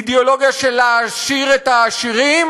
היא אידיאולוגיה של להעשיר את העשירים